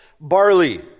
barley